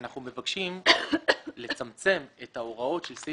אנחנו מבקשים לצמצם את ההוראות של סעיף